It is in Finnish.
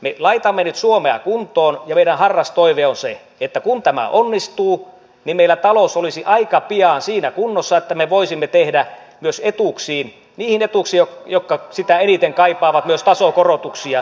me laitamme nyt suomea kuntoon ja meidän harras toiveemme on se että kun tämä onnistuu niin meillä talous olisi aika pian siinä kunnossa että me voisimme tehdä etuuksiin niihin etuuksiin jotka sitä eniten kaipaavat myös tasokorotuksia